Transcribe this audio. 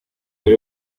wari